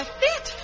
fit